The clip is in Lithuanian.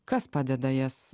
kas padeda jas